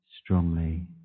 strongly